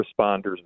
responders